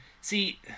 See